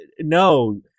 No